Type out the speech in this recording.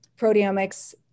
proteomics